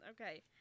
okay